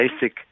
basic